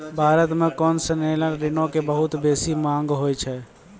भारत मे कोन्सेसनल ऋणो के बहुते बेसी मांग होय छै